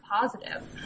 positive